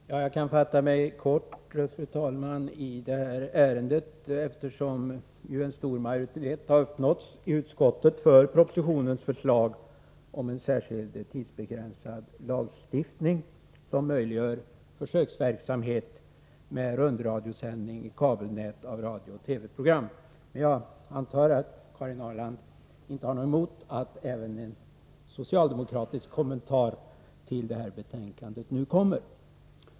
Fru talman! Jag kan fatta mig kort i detta ärende, eftersom en stor majoritet har uppnåtts i utskottet för propositionens förslag om en särskild, tidsbegränsad lagstiftning som möjliggör försöksverksamhet med rundradiosändning i kabelnät av radiooch TV-program. Men jag antar att Karin Ahrland inte har något emot att även en socialdemokratisk kommentar till betänkandet nu kommer.